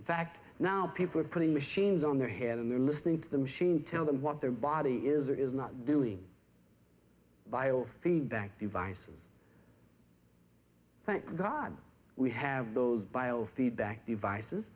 in fact now people are putting machines on their head and they're listening to the machine tell them what their body is or is not doing biofeedback devices thank god we have those biofeedback devices